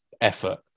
effort